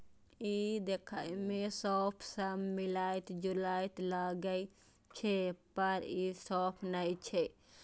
ई देखै मे सौंफ सं मिलैत जुलैत लागै छै, पर ई सौंफ नै छियै